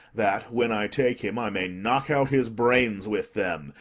that, when i take him, i may knock out his brains with them,